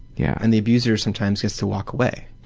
yeah and the abuser sometimes gets to walk away.